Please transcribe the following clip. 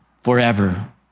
forever